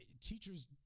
teachers